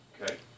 Okay